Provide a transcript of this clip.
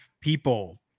people